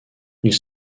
ils